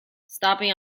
stopping